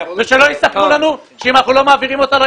שלא יספרו לנו מה יקרה אם אנחנו לא מעבירים אותה.